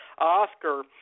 Oscar